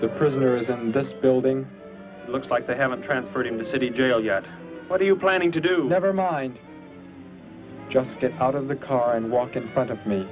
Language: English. the prisoners in this building looks like they haven't transferred in the city jail yet what are you planning to do never mind just get out of the car and walk in front of me